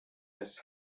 miss